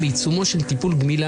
זה נושא של כולנו.